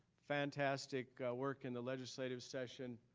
fantastic work in the legislative session,